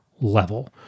level